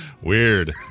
Weird